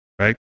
Right